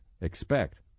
expect